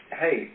hey